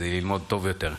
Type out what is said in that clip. כדי ללמוד טוב יותר.